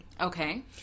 Okay